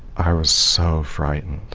i was so frightened.